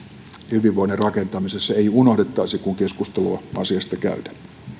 hyvinvoinnin rakentamisessa ei unohdettaisi kun keskustelua asiasta käydään